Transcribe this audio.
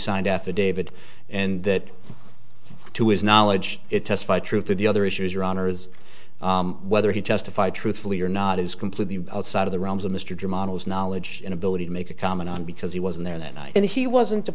signed affidavit and that to his knowledge it testified truth to the other issues your honor is whether he testified truthfully or not is completely outside of the realms of mr de models knowledge and ability to make a comment on because he wasn't there that night and he wasn't